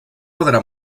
podrà